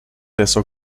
dessau